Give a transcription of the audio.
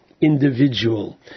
individual